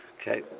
okay